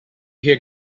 hear